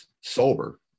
sober